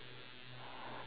just now had